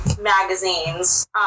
magazines